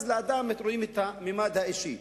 רואים את הממד האישי,